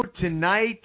tonight